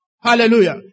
Hallelujah